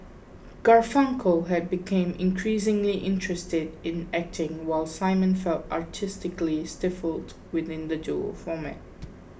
Garfunkel had became increasingly interested in acting while Simon felt artistically stifled within the duo format